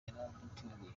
yaratunguwe